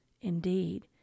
Indeed